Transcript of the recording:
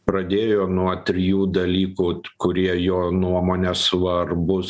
pradėjo nuo trijų dalykų kurie jo nuomone svarbūs